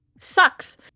sucks